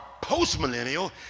post-millennial